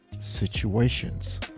situations